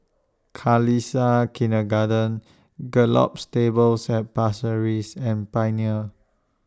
Khalsa Kindergarten Gallop Stables At Pasir Ris and Pioneer